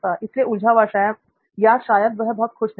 इसलिए उलझा हुआ सैम या शायद वह बहुत खुश नहीं है